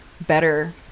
better